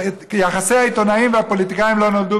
יחסי העיתונאים והפוליטיקאים לא נולדו